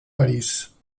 parís